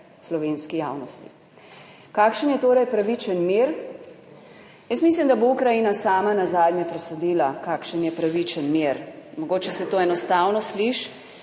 slovenski javnosti. Kakšen je torej pravičen mir? Jaz mislim, da bo Ukrajina sama nazadnje presodila, kakšen je pravičen mir. Mogoče se to enostavno sliši,